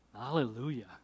Hallelujah